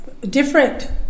different